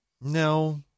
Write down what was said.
No